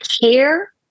care